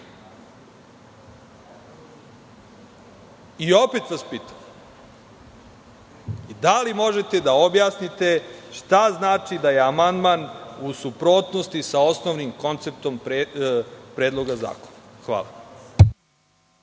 video. Opet vas pitam, da li možete da objasnite šta znači da je amandman u suprotnosti sa osnovnim konceptom Predloga zakona. Hvala.